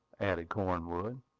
added cornwood.